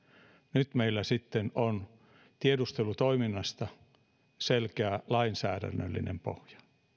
nyt meillä sitten on tiedustelutoiminnasta selkeä lainsäädännöllinen pohja